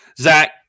Zach